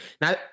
Now